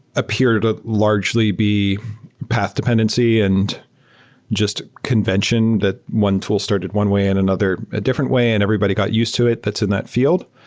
appear to largely be path dependency and just convention that one tool started one way in another a different way and everybody got used to it that's in that field.